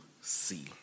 see